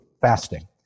fasting